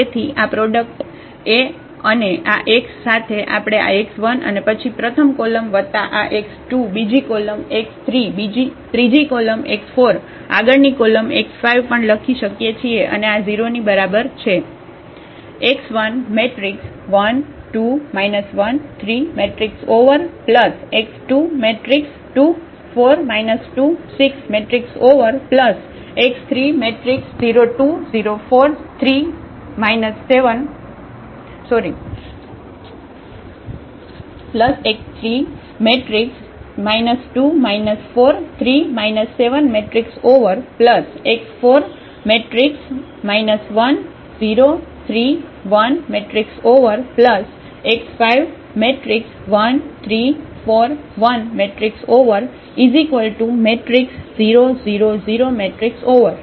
તેથી આ product A અને આ x સાથે આપણે આ x1 અને પછી પ્રથમ કોલમ વત્તા આ x2 બીજી કોલમ x3 બીજી ત્રીજી કોલમ x4 આગળની કોલમ x5 પણ લખી શકીએ છીએ અને આ 0 ની બરાબર છે